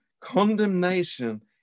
condemnation